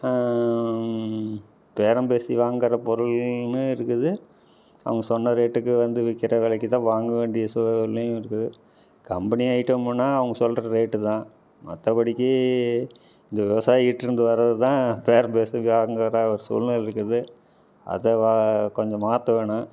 பேரம் பேசி வாங்கிற பொருளுனு இருக்குது அவங்க சொன்ன ரேட்டுக்கு வந்து விற்கற விலைக்கு தான் வாங்க வேண்டிய சூழ்நிலையும் இருக்குது கம்பெனி ஐட்டமுன்னால் அவங்க சொல்கிற ரேட்டு தான் மற்றபடிக்கி இந்த விவசாயிக்கிட்டேருந்து வர்றது தான் பேரம் பேசி வாங்கிற சூழ்நிலை இருக்குது அதை வா கொஞ்சம் மாற்றணும்